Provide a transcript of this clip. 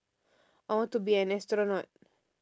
I want to be an astronaut